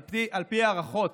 על פי ההערכות,